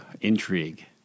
intrigue